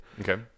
Okay